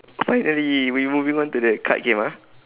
finally we moving on to the card game ah